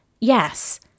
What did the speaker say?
yes